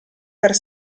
per